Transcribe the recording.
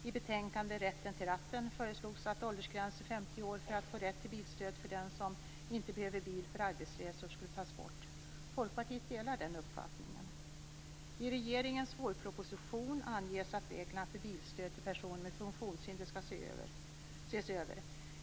I betänkandet Rätten till ratten föreslogs att åldersgränsen 50 år för rätt till bilstöd för den som inte behöver bil för arbetsresor skulle tas bort. Folkpartiet delar den uppfattningen. I regeringens vårproposition anges att reglerna för bilstöd till personer med funktionshinder skall ses över.